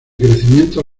crecimiento